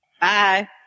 Bye